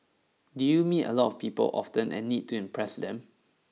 do you meet a lot of people often and need to impress them